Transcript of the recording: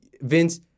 Vince